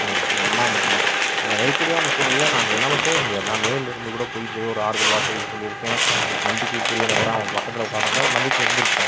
எனக்கு ஆனால் பட் அந்த நெருக்கடியான சூழலில் நான் என்னால் போக முடியாது நான் நேரில் இருந்து கூட போய் ஏதோ ஆறுதல் வார்த்தைகள் சொல்லியிருப்பேன் நம்பிக்கைக்குரிய நபராக அவன் பக்கத்தில் உட்காந்துருந்தா ஒரு நம்பிக்கை இருந்திருக்கும்